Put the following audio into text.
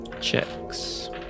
checks